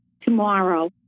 tomorrow